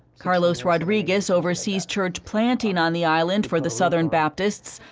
carlos rodriguez oversees church planting on the island for the southern baptists,